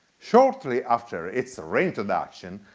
shortly after its reintroduction,